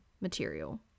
material